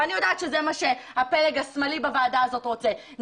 ואני יודעת שזה מה שהפלג השמאלי בוועדה הזאת רוצה,